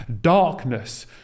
Darkness